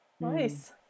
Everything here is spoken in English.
Nice